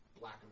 black